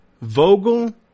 Vogel